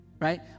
Right